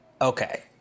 Okay